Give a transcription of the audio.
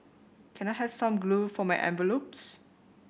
can I have some glue for my envelopes